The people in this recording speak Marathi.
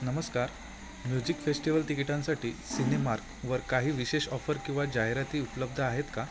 नमस्कार म्युझिक फेस्टिवल तिकिटांसाठी सिनेमार्कवर काही विशेष ऑफर किंवा जाहिराती उपलब्ध आहेत का